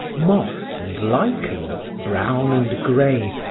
moss and lichens, brown and gray,